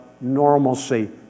normalcy